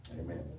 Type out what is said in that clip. Amen